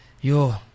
yo